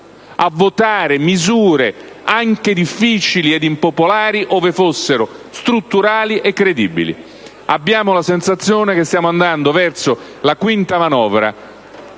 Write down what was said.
a votare misure, anche difficili ed impopolari, ove fossero strutturali e credibili. Abbiamo la sensazione che stiamo andando verso la quinta manovra,